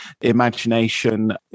imagination